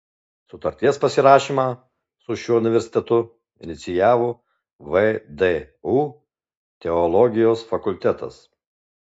sutarties pasirašymą su šiuo universitetu inicijavo vdu teologijos fakultetas